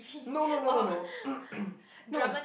no no no no no no